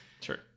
Sure